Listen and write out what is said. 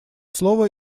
слово